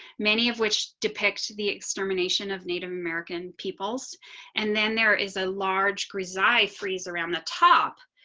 many of which depict the extermination of native american people's and then there is a large reside freeze around the top